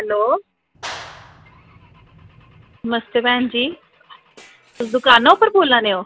hello नमस्ते ma'am जी दुकाना उप्परा दा बोल्ला ने ओ